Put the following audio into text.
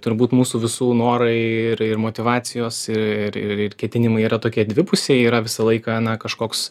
turbūt mūsų visų norai ir ir motyvacijos ir ir ketinimai yra tokie dvipusiai yra visą laiką na kažkoks